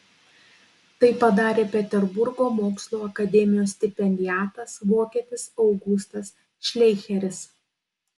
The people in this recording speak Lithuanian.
tai padarė peterburgo mokslų akademijos stipendiatas vokietis augustas šleicheris